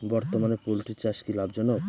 বর্তমানে পোলট্রি চাষ কি লাভজনক?